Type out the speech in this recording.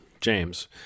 James